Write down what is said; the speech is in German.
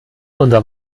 unser